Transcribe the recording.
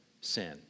sin